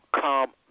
come